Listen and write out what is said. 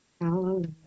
Hallelujah